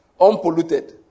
unpolluted